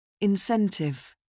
Incentive